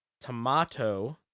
Tomato